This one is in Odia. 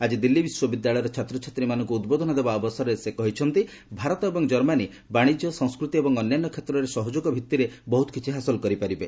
ଆକି ଦିଲ୍ଲୀ ବିଶ୍ୱବିଦ୍ୟାଳୟର ଛାତ୍ରଛାତ୍ରୀମାନଙ୍କୁ ଉଦ୍ବୋଧନ ଦେବା ଅବସରରେ ସେ କହିଛନ୍ତି ଭାରତ ଏବଂ କର୍ମାନୀ ବାଣିଜ୍ୟ ସଂସ୍କୃତି ଏବଂ ଅନ୍ୟାନ୍ୟ କ୍ଷେତ୍ରରେ ସହଯୋଗ ଭିଭିରେ ବହୁତ କିଛି ହାସଲ କରିପାରିବେ